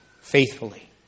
faithfully